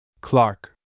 Clark